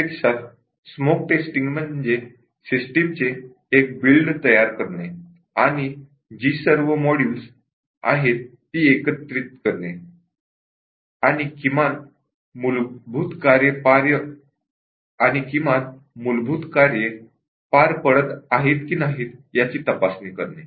प्रत्यक्षात smoke testing म्हणजे सिस्टमचे एक बिल्ड तयार करणे आणि जी सर्व मॉड्यूल्स आहेत ती एकत्र करणे आणि किमान मूलभूत कार्ये पार पडत आहेत की नाहीत याची टेस्टिंग करणे